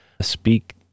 speak